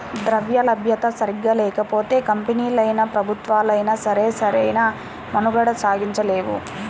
ద్రవ్యలభ్యత సరిగ్గా లేకపోతే కంపెనీలైనా, ప్రభుత్వాలైనా సరే సరైన మనుగడ సాగించలేవు